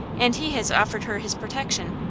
and he has offered her his protection.